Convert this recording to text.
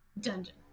Dungeon